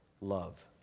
love